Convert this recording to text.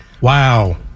Wow